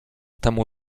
temu